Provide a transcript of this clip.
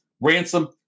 Ransom